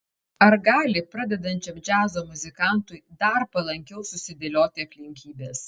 ar gali pradedančiam džiazo muzikantui dar palankiau susidėlioti aplinkybės